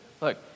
look